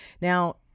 Now